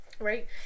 Right